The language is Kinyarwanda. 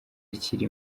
kiri